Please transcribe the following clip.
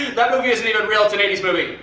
that movie isn't even real. it's an eighty s movie!